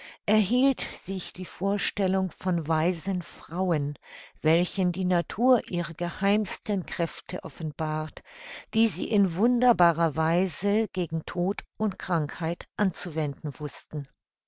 erhielt sich die vorstellung von weisen frauen welchen die natur ihre geheimsten kräfte offenbart die sie in wunderbarer weise gegen tod und krankheit anzuwenden wußten